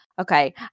okay